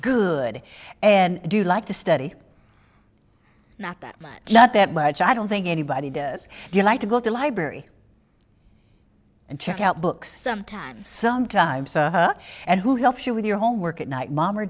good and do you like to study not that much not that much i don't think anybody does you like to go to library and check out books sometimes sometimes and who helps you with your homework at night mom or